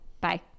Bye